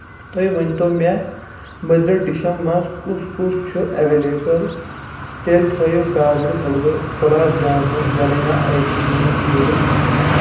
تُہۍ ؤنتو مےٚ مٔدریو ڈِشو منٛز کُس کُس چھ اویٚلیبَل تیٚلہِ تھٲوِو گازرِ حٔلوٕ gulab jamun vanilla ice creams سۭتۍ